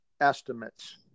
estimates